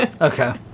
Okay